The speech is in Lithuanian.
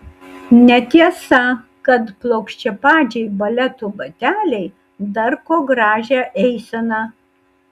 netiesa kad plokščiapadžiai baleto bateliai darko gražią eiseną